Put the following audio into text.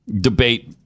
debate